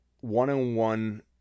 one-on-one